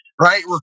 right